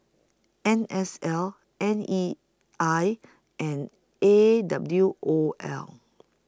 N S L N E I and A W O L